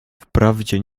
wprawdzie